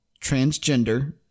transgender